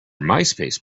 myspace